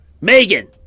Megan